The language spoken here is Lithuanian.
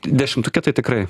dešimtuke tai tikrai